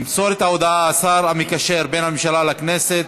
ימסור את ההודעה השר המקשר בין הממשלה לכנסת,